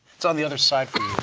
it's on the other side for